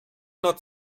not